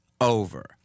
over